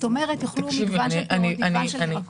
כלומר יאכלו מגוון של פירות ומגוון של ירקות.